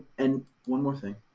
and one more thing.